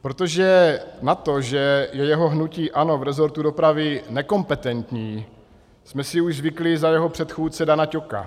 Protože na to, že je jeho hnutí ANO v resortu dopravy nekompetentní, jsme si už zvykli za jeho předchůdce Dana Ťoka.